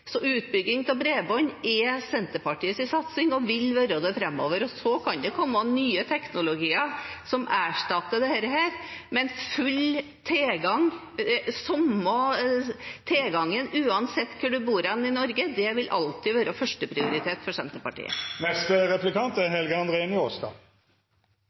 Så utbygging av bredbånd er Senterpartiets satsing og vil være det framover. Det kan komme nye teknologier som erstatter dette, men full tilgang, uansett hvor man bor hen i Norge, vil alltid være førsteprioritet for Senterpartiet.